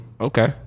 okay